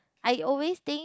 I always think